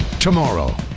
tomorrow